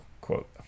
quote